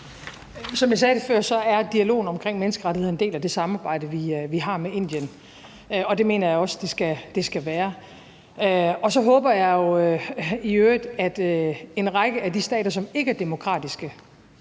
Som jeg sagde før, er dialogen omkring menneskerettighederne en del af det samarbejde, vi har med Indien, og det mener jeg også at de skal være. Og så håber jeg jo i øvrigt, at en række af de stater, som ikke er demokratiske,